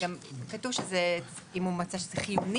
ובאחד הדברים גם כתוב שאם "היא מצאה שזה חיוני".